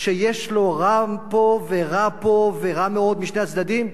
שיש לו רע פה ורע פה, ורע מאוד משני הצדדים.